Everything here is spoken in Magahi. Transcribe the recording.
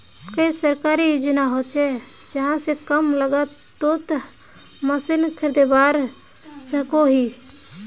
कोई सरकारी योजना होचे जहा से कम लागत तोत मशीन खरीदवार सकोहो ही?